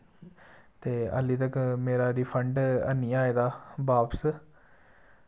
ते आह्ली तक मेरा रिफंड हैनी आए दा बाप्स